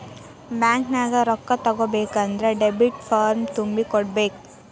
ಬ್ಯಾಂಕ್ನ್ಯಾಗ ರೊಕ್ಕಾ ತಕ್ಕೊಬೇಕನ್ದ್ರ ಡೆಬಿಟ್ ಫಾರ್ಮ್ ತುಂಬಿ ಕೊಡ್ಬೆಕ್